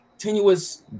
continuous